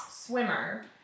Swimmer